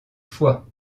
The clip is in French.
foix